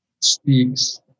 speaks